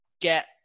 get